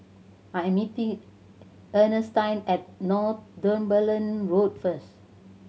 I am meeting Earnestine at Northumberland Road first